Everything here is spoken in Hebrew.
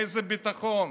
איזה ביטחון?